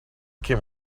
came